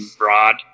rod